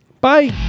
bye